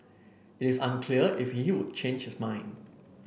it is unclear if you changes mind